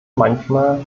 manchmal